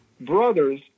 brothers